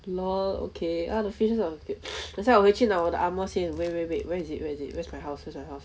lol okay other features of 等下我回去拿我的 armour 先 wait wait wait where is it where is it where's my house where's my house